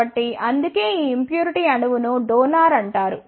కాబట్టి అందుకే ఈ ఇంప్యూరిటీ అణువు ను డోనార్ అంటారు